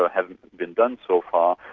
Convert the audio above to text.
ah has been done so far,